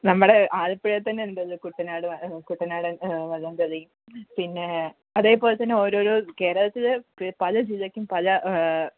നമ്മുടെ ആലപ്പുഴേത്തന്നെ ഉണ്ടല്ലോ കുട്ടനാട് കുട്ടനാടൻ വള്ളം കളി പിന്നെ അതേപോലെ തന്നെ ഓരോരോ കേരളത്തിലെ പല ജില്ലക്കും പല